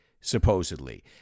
supposedly